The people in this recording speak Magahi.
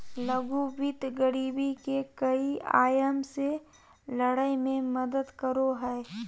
लघु वित्त गरीबी के कई आयाम से लड़य में मदद करो हइ